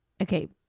Okay